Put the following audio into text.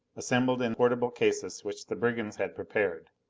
assembled in portable cases which the brigands had prepared.